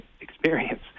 experience